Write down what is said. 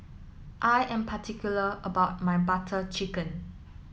I am particular about my Butter Chicken